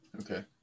Okay